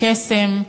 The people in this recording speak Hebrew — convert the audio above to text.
לקסם,